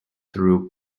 through